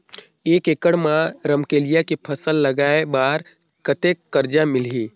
एक एकड़ मा रमकेलिया के फसल लगाय बार कतेक कर्जा मिलही?